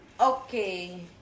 Okay